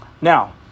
Now